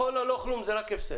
הכול או לא כלום זה רק הפסד.